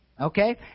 Okay